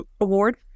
award